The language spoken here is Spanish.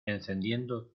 encendiendo